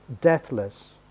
deathless